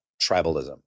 tribalism